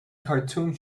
cartoon